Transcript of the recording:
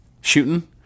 shooting